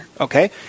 okay